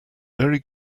very